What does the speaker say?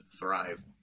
thrive